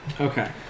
Okay